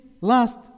last